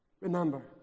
remember